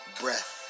breath